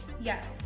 Yes